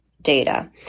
data